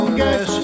guess